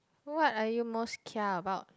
what are you most care about